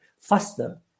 faster